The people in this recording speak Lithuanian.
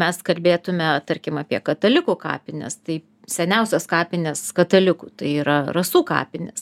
mes kalbėtume tarkim apie katalikų kapines tai seniausios kapinės katalikų tai yra rasų kapinės